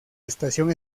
estación